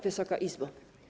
Wysoka Izbo!